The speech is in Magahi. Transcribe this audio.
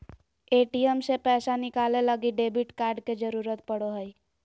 ए.टी.एम से पैसा निकाले लगी डेबिट कार्ड के जरूरत पड़ो हय